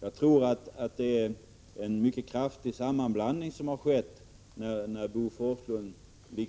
Jag tror att det är en mycket kraftig sammanblandning som skett, när Bo Forslund